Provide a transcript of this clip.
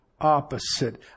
opposite